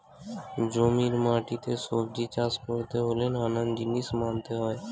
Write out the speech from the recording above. জমির মাটিতে সবজি চাষ করতে হলে নানান জিনিস মানতে হয়